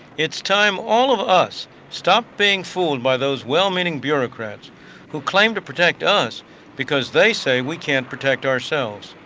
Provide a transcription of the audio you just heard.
it's time all of us stopped being fooled by those well-meaning bureaucrats who claim to protect us because they say we can't protect ourselves.